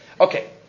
Okay